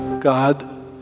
God